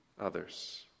others